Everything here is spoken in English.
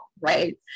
right